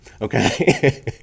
okay